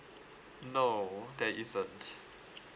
no there isn't